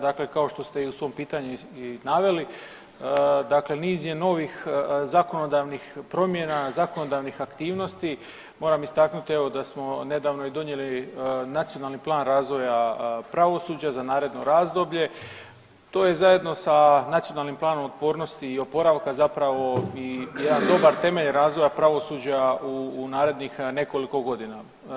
Dakle, kao što ste i u svom pitanju i naveli dakle niz je novih zakonodavnih promjena, zakonodavnih aktivnosti moram istaknuti evo da smo nedavno i donijeli Nacionalni plan razvoja pravosuđa za naredno razdoblje, to je zajedno sa Nacionalnim planom otpornosti i oporavka zapravo i jedan dobar temelj razvoja pravosuđa u narednih nekoliko godina.